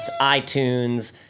iTunes